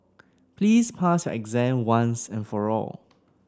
please pass your exam once and for all